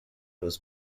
was